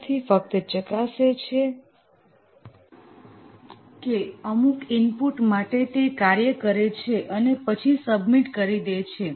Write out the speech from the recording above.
વિદ્યાર્થી ફક્ત ચકાસે છે કે અમુક ઈનપુટ માટે તે કાર્ય કરે છે અને પછી સબમીટ કરી દે છે